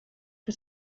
que